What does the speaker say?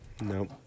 No